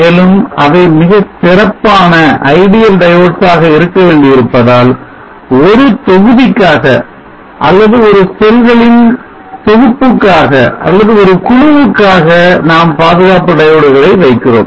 மேலும் அவை மிகச் சிறப்பான diodes ஆக இருக்க வேண்டியிருப்பதால் ஒரு தொகுதிக்காக அல்லது ஒரு செல்களின் தொகுப்புக்காக அல்லது ஒரு குழுவுக்காக நாம் பாதுகாப்பு diodes களை வைக்கிறோம்